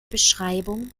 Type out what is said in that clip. beschreibung